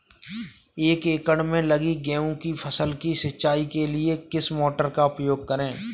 एक एकड़ में लगी गेहूँ की फसल की सिंचाई के लिए किस मोटर का उपयोग करें?